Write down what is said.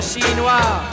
Chinois